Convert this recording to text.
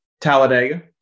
Talladega